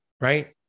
Right